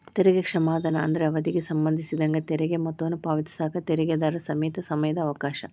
ತೆರಿಗೆ ಕ್ಷಮಾದಾನ ಅಂದ್ರ ಅವಧಿಗೆ ಸಂಬಂಧಿಸಿದಂಗ ತೆರಿಗೆ ಮೊತ್ತವನ್ನ ಪಾವತಿಸಕ ತೆರಿಗೆದಾರರ ಸೇಮಿತ ಸಮಯದ ಅವಕಾಶ